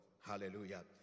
Hallelujah